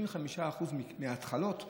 75% מההתחלות הן,